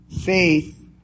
faith